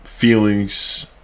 Feelings